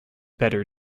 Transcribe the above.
better